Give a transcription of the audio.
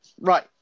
Right